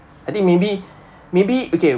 I think maybe maybe okay